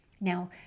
Now